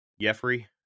Jeffrey